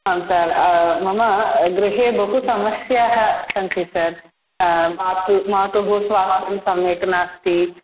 आं सर् मम गृहे बहु समस्याः सन्ति सर् मातुः मातुः स्वास्थ्यं सम्यक् नास्ति